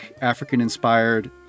African-inspired